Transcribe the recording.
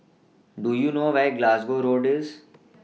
Do YOU know Where Glasgow Road IS